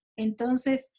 Entonces